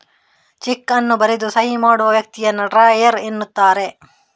check ಅನ್ನು ಬರೆದು ಸಹಿ ಮಾಡುವ ವ್ಯಕ್ತಿಯನ್ನ ಡ್ರಾಯರ್ ಎನ್ನುತ್ತಾರೆ